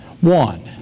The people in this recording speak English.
One